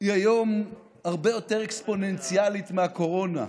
היא היום הרבה יותר אקספוננציאלית מהקורונה.